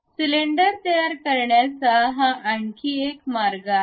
cylinder तयार करण्याचा हा आणखी एक मार्ग आहे